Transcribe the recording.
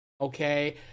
okay